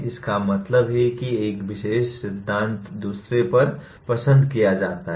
इसका मतलब है कि एक विशेष सिद्धांत दूसरे पर पसंद किया जाता है